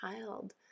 child